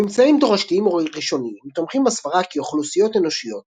ממצאים תורשתיים ראשוניים תומכים בסברה כי אוכלוסיות אנושיות